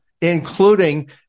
including